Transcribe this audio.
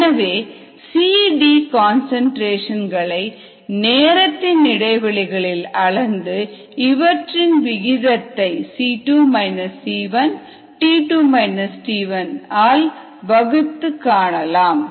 எனவே CD concentration களை நேரத்தின் இடைவெளிகளில் அளந்து இவற்றின் விகிதத்தை ஆல் வகுத்து காணலாம்